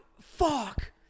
fuck